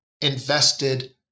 invested